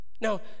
Now